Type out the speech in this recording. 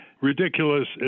ridiculous